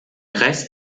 rest